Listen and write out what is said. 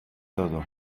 todo